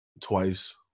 Twice